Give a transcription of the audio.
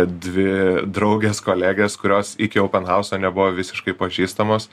dvi draugės kolegės kurios iki aupen hauso nebuvo visiškai pažįstamos